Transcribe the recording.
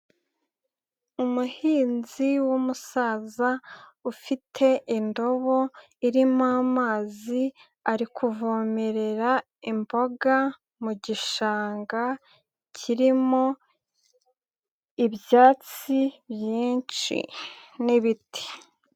Umuhinzi w'umusaza ufite indobo irimo amazi, ari kuvomerera imboga mu gishanga kirimo ibyatsi byinshi n'ibiti.